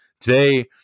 today